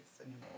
anymore